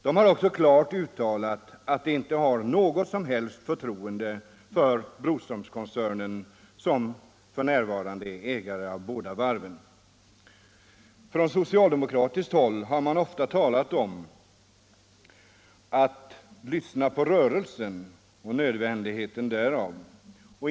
De har också klart uttalat att de inte har något som helst förtroende för Broströmkoncernen, som f. n. äger de båda varven. Från socialdemokratiskt håll har det ofta talats om nödvändigheten av att lyssna på rörelsen.